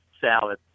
salad